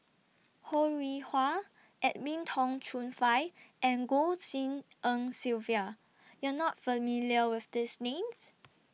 Ho Rih Hwa Edwin Tong Chun Fai and Goh Tshin En Sylvia YOU Are not familiar with These Names